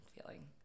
feeling